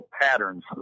patterns